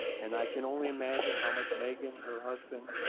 and i can only imagine how much megan, her husband,